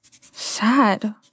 Sad